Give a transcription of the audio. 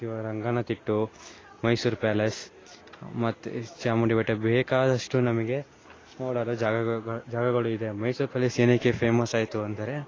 ಇವ ರಂಗನತಿಟ್ಟು ಮೈಸೂರು ಪ್ಯಾಲೇಸ್ ಮತ್ತು ಚಾಮುಂಡಿ ಬೆಟ್ಟ ಬೇಕಾದಷ್ಟು ನಮಗೆ ನೋಡಲು ಜಾಗಗಳು ಜಾಗಗಳು ಇದೆ ಮೈಸೂರು ಪ್ಯಾಲೇಸ್ ಏನಕ್ಕೆ ಫೇಮಸ್ ಆಯಿತು ಅಂದರೆ